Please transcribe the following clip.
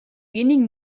wenigen